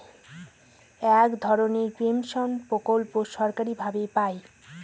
এক ধরনের পেনশন প্রকল্প সরকারি ভাবে পাই